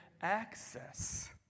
access